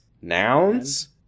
nouns